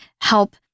help